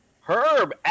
Herb